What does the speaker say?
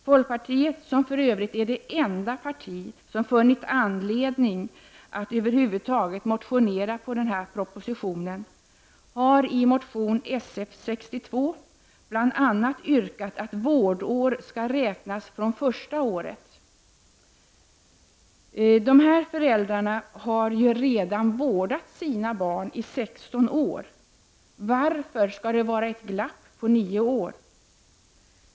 Folkpartiet, som för övrigt är det enda parti som funnit skäl att över huvud taget motionera med anledning av denna proposition, har i motion Sf62 bl.a. yrkat att vårdår skall räknas från första året. Dessa föräldrar har ju redan vårdat sina barn i 16 år, varför skall det vara ett glapp på 9 år?